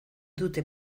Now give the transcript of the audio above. dute